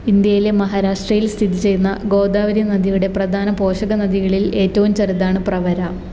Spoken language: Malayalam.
ഇന്ത്യയിലെ മഹാരാഷ്ട്രയിൽ സ്ഥിതി ചെയ്യുന്ന ഗോദാവരി നദിയുടെ പ്രധാന പോഷകനദികളിൽ ഏറ്റവും ചെറുതാണ് പ്രവര